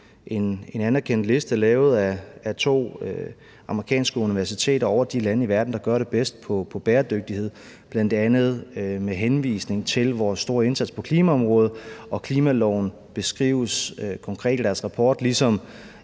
en anerkendt liste lavet af to amerikanske universiteter over de lande i verden, der gør det bedst på bæredygtighed, bl.a. med henvisning til vores store indsats på klimaområdet. Og klimaloven beskrives konkret i deres rapport, ligesom